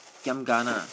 giam gana